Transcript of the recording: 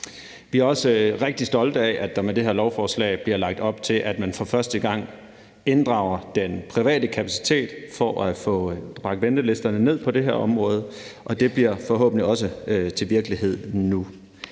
Vi er også rigtig stolte af, at der med det her lovforslag bliver lagt op til, at man for første gang inddrager den private kapacitet for at få bragt ventelisterne ned på det her område, og det bliver forhåbentlig også til virkelighed nu.